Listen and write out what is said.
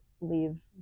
leave